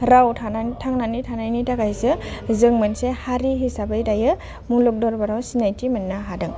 राव थानानै थांनानै थानायनि थाखायसो जों मोनसे हारि हिसाबै दायो मुलुग दरबाराव सिनायथि मोननो हादों